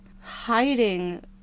hiding